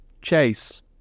chase